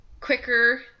quicker